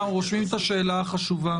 ואנחנו רושמים את השאלה החשובה.